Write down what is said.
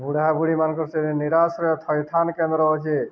ବୁଢ଼ା ବୁଢ଼ୀ ମମାନଙ୍କର ସେ ନିରାଶ୍ର ଥଇଥାନ କେନ୍ଦ୍ର ଅ ଯେ